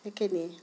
সেইখিনিয়েই